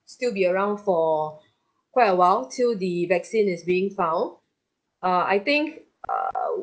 still be around for quite awhile till the vaccine is being found uh I think err